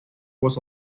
was